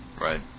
Right